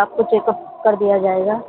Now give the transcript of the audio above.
آپ کو check up کر دیا جائے گا